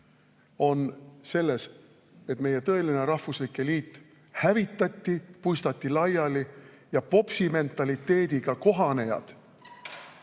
on see, et meie tõeline rahvuslik eliit hävitati, puistati laiali ja popsimentaliteediga kohanejad